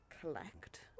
collect